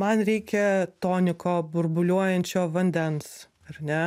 man reikia toniko burbuliuojančio vandens ar ne